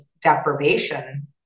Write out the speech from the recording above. deprivation